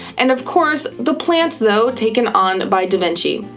and of course the plant, tho taken on by da vinci.